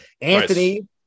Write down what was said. Anthony